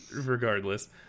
Regardless